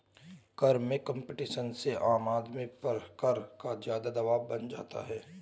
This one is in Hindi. कर में कम्पटीशन से आम आदमी पर कर का ज़्यादा दवाब बन जाता है